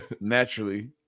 naturally